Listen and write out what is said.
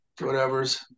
whatever's